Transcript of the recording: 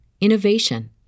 innovation